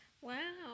Wow